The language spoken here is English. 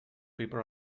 people